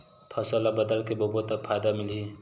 फसल ल बदल के बोबो त फ़ायदा मिलही?